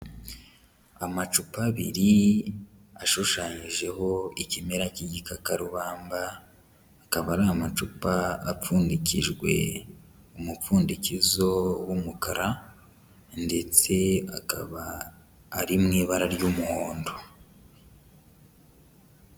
Amacupa abiri ashushanyijeho ikimera cy'igikakarubamba, akaba ari amacupa apfundikijwe umupfundikizo w'umukara ndetse akaba ari mu ibara ry'umuhondo.